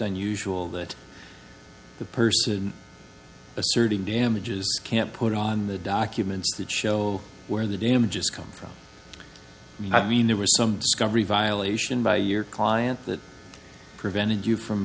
unusual that the person asserting damages can't put on the documents that show where the damages come from i mean there were some discovery violation by your client that prevented you from